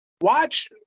Watch